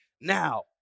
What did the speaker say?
now